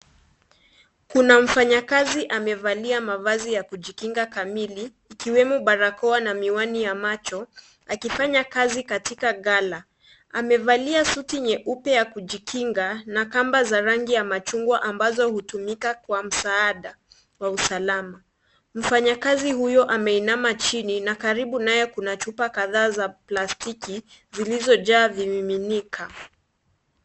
Kuna mfanyakazi amevalia mavazi ya kujikinga kamili ikiwemo barakoa na miwani ya macho, akifanya kazi katika gala. Amevalia suti nyeupe ya kujikinga na kamba za rangi ya machungwa ambazo hutumika kwa msaada wa usalama. Mfanyakazi huyo ameinama chini na karibu naye kuna chupa kadhaa za plastiki zilizojaa vimiminika.